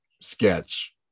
sketch